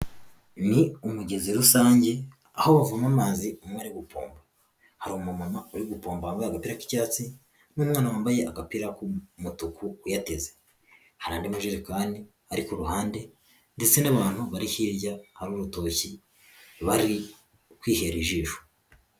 Niumugezi rusange aho bavoma amazi umwe ari gupomba, hari umuntu uri gupomba wambaye, agapira k'icyatsi n'umwe wambaye agapira k'umutuku uyateze, hari, amojerekani ari ku ruhande ndetse n'abantu bari hirya hari urutoki bari kwihera ijisho.